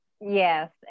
Yes